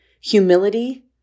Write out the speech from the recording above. humility